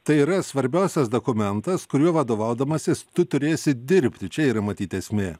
tai yra svarbiausias dokumentas kuriuo vadovaudamasis tu turėsi dirbti čia yra matyt esmė